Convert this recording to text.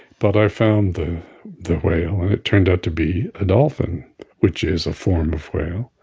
but i found the the whale, and it turned out to be a dolphin which is a form of whale.